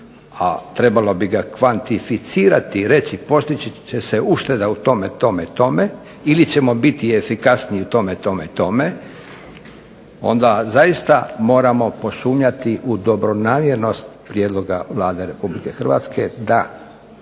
a trebalo bi ga kvantificirati i reći postići će se ušteda u tome, tome, tome ili ćemo biti efikasniji u tome, tome, tome, onda zaista moramo posumnjati u dobronamjernost prijedloga Vlade Republike Hrvatske da